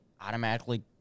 automatically